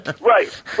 Right